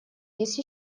есть